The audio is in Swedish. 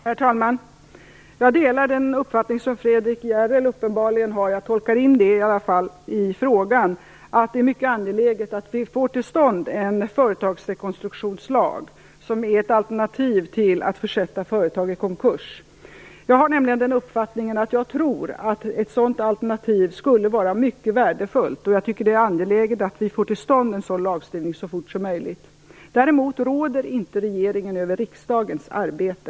Herr talman! Jag delar den uppfattning som Fredrik S Järrel uppenbarligen har. Jag tolkar i alla fall in i frågan att det är mycket angeläget att vi får till stånd en företagsrekonstruktionslag som är ett alternativ till att försätta företag i konkurs. Jag tror nämligen att ett sådant alternativ skulle vara mycket värdefullt, och jag tycker att det är angeläget att vi får till stånd en sådan lagstiftning så fort som möjligt. Däremot råder inte regeringen över riksdagens arbete.